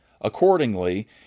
Accordingly